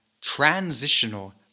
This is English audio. transitional